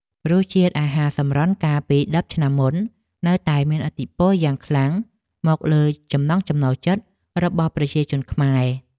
រសជាតិអាហារសម្រន់កាលពីដប់ឆ្នាំមុននៅតែមានឥទ្ធិពលយ៉ាងខ្លាំងមកលើចំណង់ចំណូលចិត្តរបស់ប្រជាជនខ្មែរ។